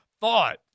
Thought